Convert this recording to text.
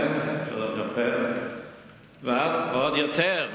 ועוד יותר,